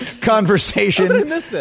conversation